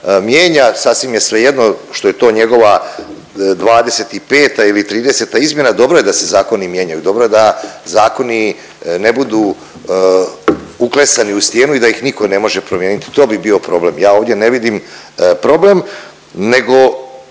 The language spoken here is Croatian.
mijenja. Sasvim je svejedno što je to njegova 25. ili 30. izmjena, dobro je da se zakoni mijenjaju, dobro je da zakoni ne budu uklesani u stijenu i da ih nitko ne može promijeniti, to bi bio problem. Ja ovdje ne vidim problem, nego